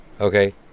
okay